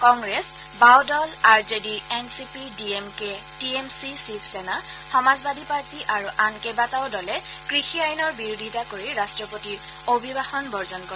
কংগ্ৰেছ বাওঁদল R J D N C P D M K T M C Shiv Sena Samajwadi party আৰু আন কেইবাটাও দলে কৃষি আইনৰ বিৰোধিতা কৰি ৰাষ্ট্ৰপতিৰ অভিভাষণ বৰ্জন কৰে